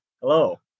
Hello